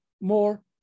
more